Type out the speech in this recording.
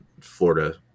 Florida